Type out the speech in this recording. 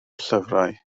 llyfrau